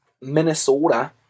Minnesota